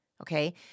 okay